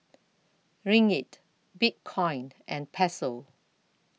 Ringgit Bitcoin and Peso